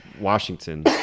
Washington